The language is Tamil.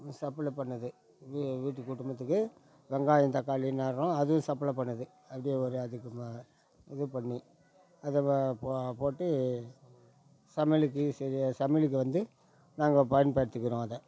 சப்புளை பண்ணுது எங்கள் வீட்டு குடும்பத்துக்கு வெங்காயம் தக்காளி நடுறோம் அது சப்புளை பண்ணுது அப்டி ஒரு அதுக்கு மா இது பண்ணி அதை போட்டு சமையலுக்குச் செய்ய சமையலுக்கு வந்து நாங்கள் பயன்படுத்திக்கிறோம் அதை